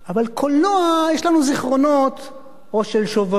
אבל קולנוע, יש לנו זיכרונות או של שובבות